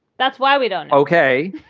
that's why we don't. ok.